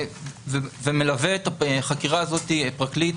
ומלווה את החקירה הזאת פרקליט,